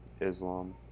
Islam